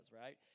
right